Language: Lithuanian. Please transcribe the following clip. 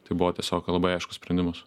tai buvo tiesiog labai aiškus sprendimas